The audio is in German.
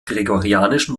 gregorianischen